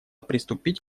приступить